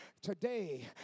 Today